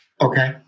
Okay